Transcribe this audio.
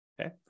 okay